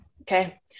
Okay